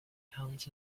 haunts